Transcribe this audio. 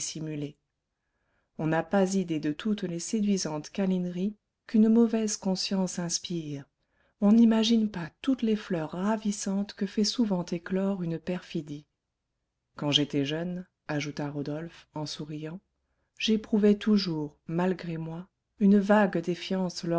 dissimuler on n'a pas idée de toutes les séduisantes câlineries qu'une mauvaise conscience inspire on n'imagine pas toutes les fleurs ravissantes que fait souvent éclore une perfidie quand j'étais jeune ajouta rodolphe en souriant j'éprouvais toujours malgré moi une vague défiance